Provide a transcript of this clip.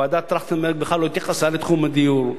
ועדת-טרכטנברג בכלל לא התייחסה לתחום הדיור.